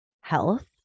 health